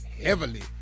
heavily